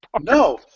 No